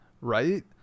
Right